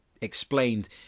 explained